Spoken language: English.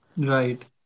Right